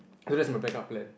so that's my back up plan